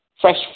fresh